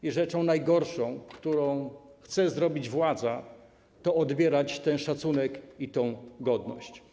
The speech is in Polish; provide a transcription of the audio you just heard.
I rzecz najgorsza, którą chce zrobić władza, to odbierać ten szacunek i tę godność.